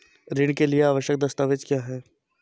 ऋण के लिए आवश्यक दस्तावेज क्या हैं?